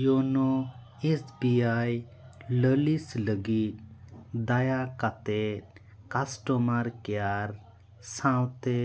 YONO S B I ᱞᱟᱹᱞᱤᱥ ᱞᱟᱹᱜᱤᱫ ᱫᱟᱭᱟᱠᱟᱛᱮ ᱠᱟᱥᱴᱚᱢᱟᱨ ᱠᱮᱭᱟᱨ ᱥᱟᱶᱛᱮ